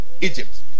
Egypt